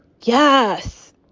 yes